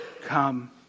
come